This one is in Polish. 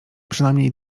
przynajmniej